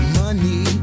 money